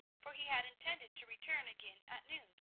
for he had intended to return again at noon.